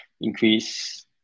increase